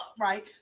right